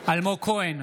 אלמוג כהן,